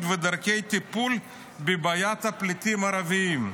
ודרכי הטיפול בבעיית הפליטים הערבים.